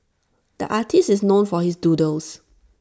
the artist is known for his doodles